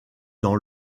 dans